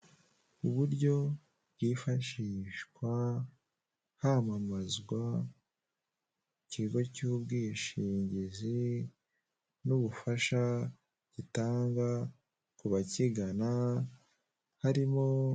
Uburyo bwifashishwa hamamazwa ikigo cy'ubwishingizi n'ubufasha gitanga ku bakigana harimo.